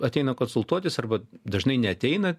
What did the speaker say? ateina konsultuotis arba dažnai neateina